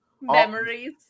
Memories